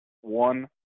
one